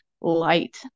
light